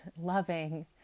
loving